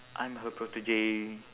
I'm her protege